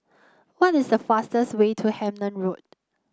what is the fastest way to Hemmant Road